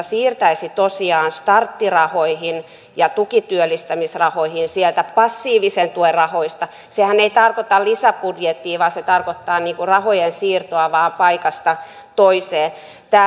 siirtäisi tosiaan starttirahoihin ja tukityöllistämisrahoihin sieltä passiivisen tuen rahoista sehän ei tarkoita lisäbudjettia vaan se tarkoittaa rahojen siirtoa vain paikasta toiseen